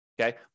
Okay